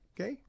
okay